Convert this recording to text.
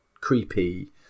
creepy